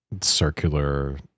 circular